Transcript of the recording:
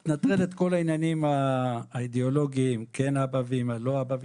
ננטרל את כל העניינים האידיאולוגיים כן אבא ואימא או לא אבא ואימא.